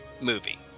movie